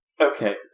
Okay